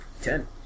Ten